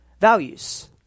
values